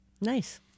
nice